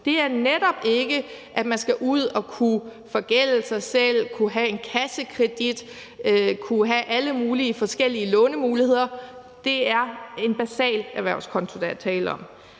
Det er netop ikke, at man skal ud at kunne forgælde sig selv, kunne have en kassekredit og kunne have alle mulige forskellige lånemuligheder. Det er en basal erhvervskonto, der er tale om.